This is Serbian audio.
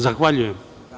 Zahvaljujem.